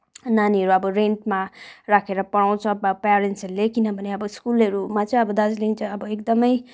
नानीहरू अब रेन्टमा राखेर पढाउँछ प प्यारेन्टसहरूले किनभने अब स्कुलहरूमा चाहिँ दार्जिलिङ चाहिँ अब एकदमै